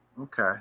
Okay